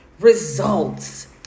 Results